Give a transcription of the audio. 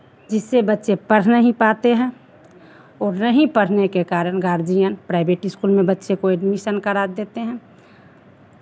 जिससे बच्चे पढ़ नहीं पाते हैं और नहीं पढ़ने के कारण गार्जियन प्राइवेट स्कूल में बच्चे को एडमिशन करा देते हैं